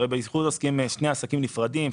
הרי באיחוד עוסקים יש שני עסקים נפרדים,